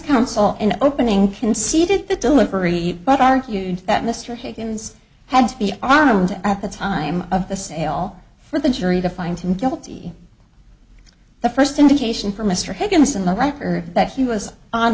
counsel in opening conceded the delivery but argued that mr higgins had to be armed at the time of the sale for the jury to find him guilty the first indication from mr higginson the record that he was on